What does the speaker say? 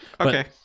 okay